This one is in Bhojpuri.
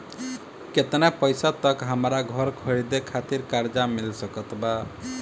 केतना पईसा तक हमरा घर खरीदे खातिर कर्जा मिल सकत बा?